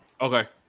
okay